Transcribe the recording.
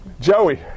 Joey